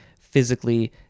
physically